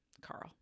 Carl